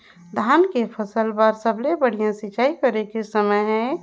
धान के फसल बार सबले बढ़िया सिंचाई करे के समय हे?